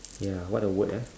ya what a word ah